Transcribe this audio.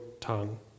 tongue